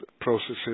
processes